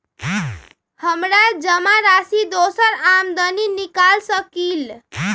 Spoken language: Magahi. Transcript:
हमरा जमा राशि दोसर आदमी निकाल सकील?